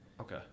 Okay